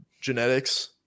genetics